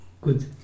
good